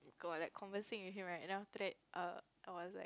go on like conversing with him right then after that err I was like